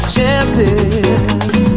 Chances